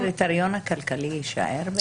הקריטריון הכלכלי יישאר?